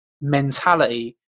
mentality